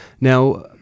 now